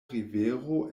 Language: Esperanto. rivero